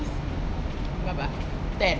berapa ten